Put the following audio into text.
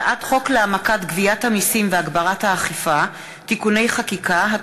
הצעת חוק להעמקת גביית המסים והגברת האכיפה (תיקוני חקיקה),